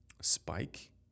spike